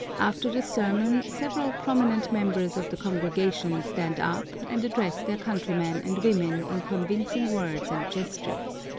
after the sermon, several prominent members of the congregation stand up and address their countrymen and women in convincing words and gestures.